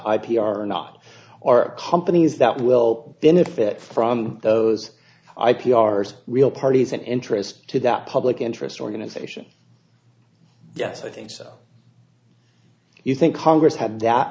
ip are not or companies that will benefit from those ip ours real parties in interest to that public interest organization yes i think so you think congress had that